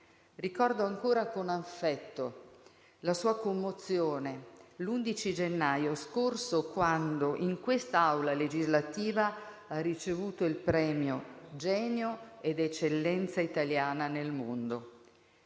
Ricordo ancora con affetto la sua commozione l'11 gennaio scorso quando, in questa Aula legislativa, ha ricevuto il premio Genio ed eccellenza italiana nel mondo;